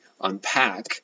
unpack